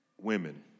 women